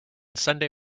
sunday